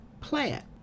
plant